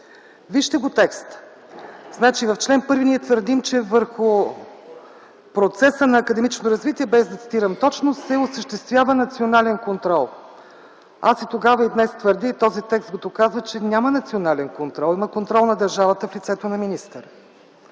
Вижте текста! В чл. 1 ние твърдим, че върху процеса на академичното развитие – без да цитирам точно – се осъществява национален контрол. Аз и тогава, и днес твърдя, и този текст го доказва, че няма национален контрол. Има контрол на държавата в лицето на министъра.